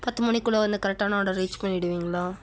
பத்து மணிக்குள்ளே வந்து கரெக்டான ஆர்டர் ரீச் பண்ணிவிடுவிங்களா